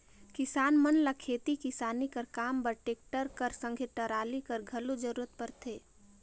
किसान मन ल खेती किसानी कर काम बर टेक्टर कर संघे टराली कर घलो जरूरत परथे